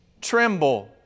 tremble